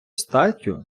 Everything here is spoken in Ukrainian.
статтю